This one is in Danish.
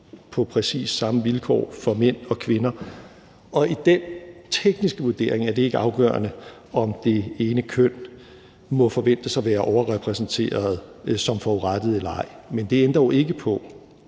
på præcis samme vilkår for mænd og kvinder. Og i den tekniske vurdering er det ikke afgørende, om det ene køn må forventes at være overrepræsenteret som forurettede eller ej. Men det ændrer jo ikke på,